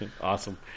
Awesome